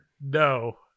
No